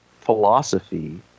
philosophy